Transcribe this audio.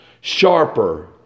sharper